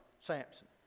Samson